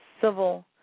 civil